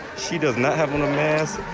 she does not have and a mask.